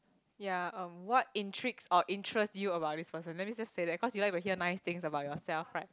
ya um what intrigues or interest you about this person let me just say that cause you like to hear nice things about yourself right